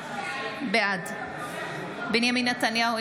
בעד בנימין נתניהו,